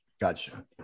gotcha